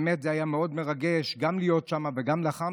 זה היה באמת מאוד מרגש גם להיות שם וגם לאחר